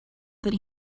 that